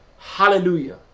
Hallelujah